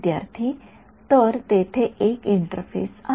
विद्यार्थी तर तेथे एक इंटरफेस आहे